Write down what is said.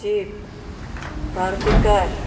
jeep Maruti car